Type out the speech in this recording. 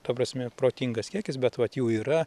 ta prasme protingas kiekis bet vat jų yra